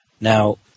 Now